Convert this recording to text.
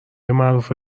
معروف